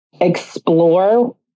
explore